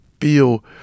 feel